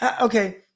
okay